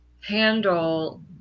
handle